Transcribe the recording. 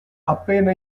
appena